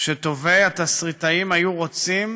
שטובי התסריטאים היו רוצים